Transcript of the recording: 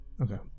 okay